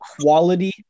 quality